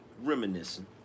reminiscing